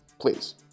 please